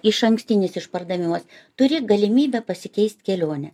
išankstinis išpardavimas turi galimybę pasikeist kelionę